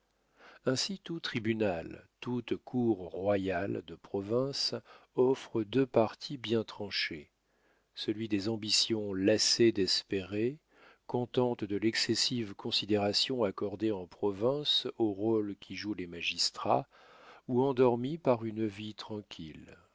ainsi tout tribunal toute cour royale de province offrent deux partis bien tranchés celui des ambitions lassées d'espérer contentes de l'excessive considération accordée en province au rôle qu'y jouent les magistrats ou endormies par une vie tranquille